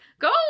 go